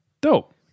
Dope